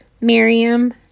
Miriam